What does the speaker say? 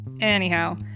Anyhow